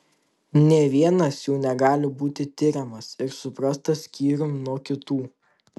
nė vienas jų negali būti tiriamas ir suprastas skyrium nuo kitų